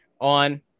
on